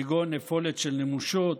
כגון נפולת של נמושות.